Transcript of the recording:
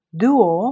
duo